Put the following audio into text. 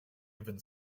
even